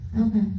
Okay